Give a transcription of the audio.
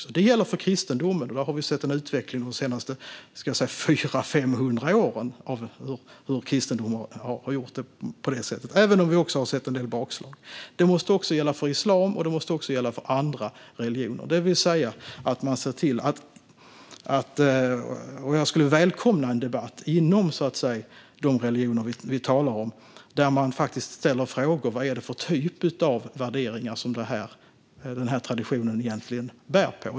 Det gäller för kristendomen, där vi har sett en sådan utveckling under de senaste 400-500 åren, även om vi också har sett en del bakslag. Detta måste gälla även islam och andra religioner. Jag skulle välkomna en debatt inom de religioner vi talar om. De måste ställa frågor om vilka värderingar en viss tradition bär på.